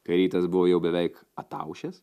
kai rytas buvo jau beveik ataušęs